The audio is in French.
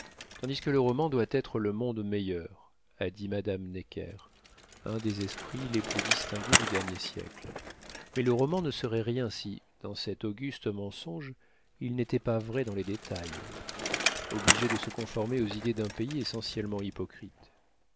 tandis que le roman doit être le monde meilleur a dit madame necker un des esprits les plus distingués du dernier siècle mais le roman ne serait rien si dans cet auguste mensonge il n'était pas vrai dans les détails obligé de se conformer aux idées d'un pays essentiellement hypocrite